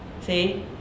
See